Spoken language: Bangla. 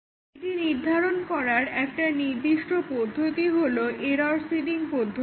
এটি নির্ধারণ করার একটি পদ্ধতি হলো এরর্ সিডিং পদ্ধতি